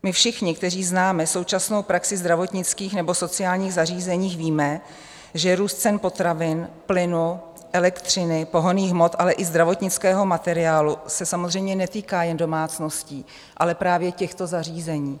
My všichni, kteří známe současnou praxi zdravotnických nebo sociálních zařízení, víme, že růst cen potravin, plynu, elektřiny, pohonných hmot, ale i zdravotnického materiálu se samozřejmě netýká jen domácností, ale právě těchto zařízení.